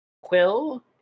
quill